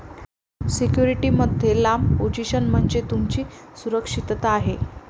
security मध्ये लांब position म्हणजे तुमची सुरक्षितता आहे